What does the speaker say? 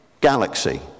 galaxy